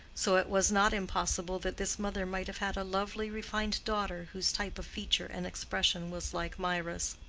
so it was not impossible that this mother might have had a lovely refined daughter whose type of feature and expression was like mirah's.